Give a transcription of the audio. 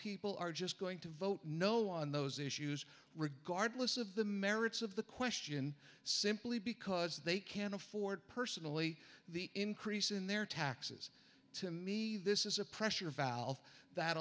people are just going to vote no on those issues regardless of the merits of the question simply because they can't afford personally the increase in their taxes to me this is a pressure valve that